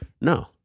no